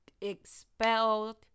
expelled